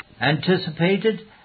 anticipated